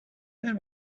there